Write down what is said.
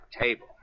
table